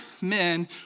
men